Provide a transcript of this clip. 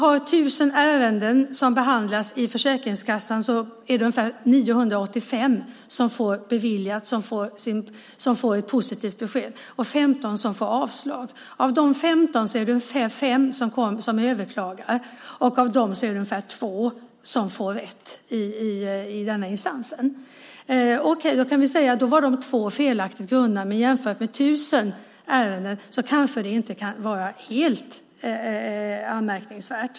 Av 1 000 ärenden hos Försäkringskassan får ungefär 985 positivt besked och 15 får avslag. Av de 15 är det ungefär 5 som överklagar, och av dem är det ungefär 2 som får rätt i den instansen. Okej, det var 2 felaktiga besked. Men jämfört med 1 000 ärenden är det kanske inte helt anmärkningsvärt.